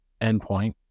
endpoint